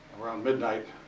around midnight,